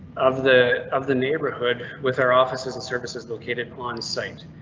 of the of the neighborhood with our offices and services located on site.